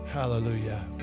Hallelujah